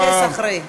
השר יתייחס אחרי כן.